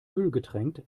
ölgetränkt